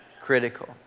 critical